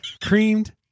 Creamed